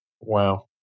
Wow